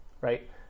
right